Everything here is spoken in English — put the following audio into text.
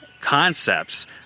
concepts